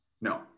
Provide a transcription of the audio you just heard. No